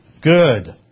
good